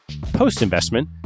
Post-investment